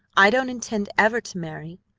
i don't intend ever to marry.